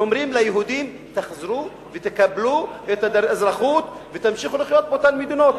שאומרים ליהודים: תחזרו ותקבלו את האזרחות ותמשיכו לחיות באותן מדינות.